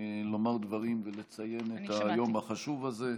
לומר דברים ולציין את היום החשוב הזה,